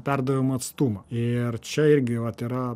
perdavimo atstumą ir čia irgi vat yra